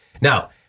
Now